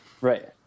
Right